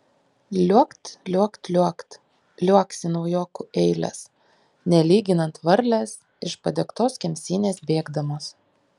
liuokt liuokt liuokt liuoksi naujokų eilės nelyginant varlės iš padegtos kemsynės bėgdamos